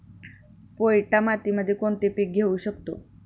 पोयटा मातीमध्ये कोणते पीक घेऊ शकतो?